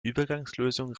übergangslösung